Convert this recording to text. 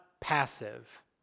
passive